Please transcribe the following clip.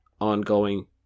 ongoing